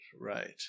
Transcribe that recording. right